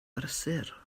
brysur